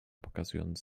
pokazując